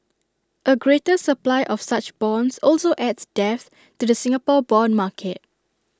A greater supply of such bonds also adds depth to the Singapore Bond market